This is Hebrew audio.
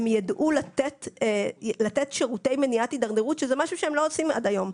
הם ידעו לתת שירותי מניעת הידרדרות שזה משהו שהם לא עושים עד היום.